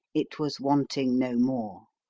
it was wanting no more.